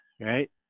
right